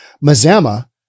Mazama